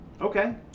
okay